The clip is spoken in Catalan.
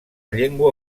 llengua